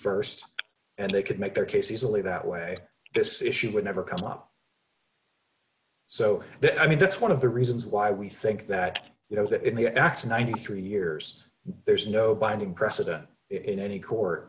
to st and they could make their case easily that way this issue would never come up so i mean that's one of the reasons why we think that you know that in the ass ninety three years there's no binding precedent in any court